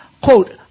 Quote